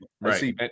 right